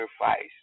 sacrifice